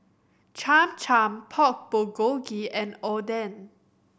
Cham Cham Pork Bulgogi and Oden